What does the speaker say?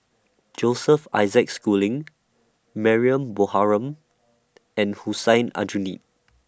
Joseph Isaac Schooling Mariam Baharom and Hussein Aljunied